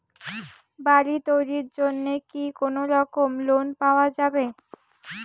বাড়ি তৈরির জন্যে কি কোনোরকম লোন পাওয়া যাবে?